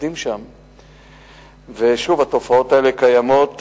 שוב, התופעות האלה קיימות.